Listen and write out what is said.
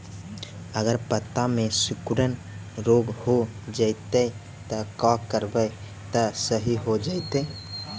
अगर पत्ता में सिकुड़न रोग हो जैतै त का करबै त सहि हो जैतै?